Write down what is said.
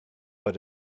but